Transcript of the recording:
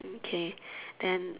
okay then